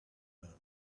murmur